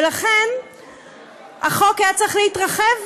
ולכן החוק היה צריך להתרחב,